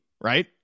right